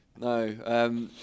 No